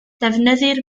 defnyddir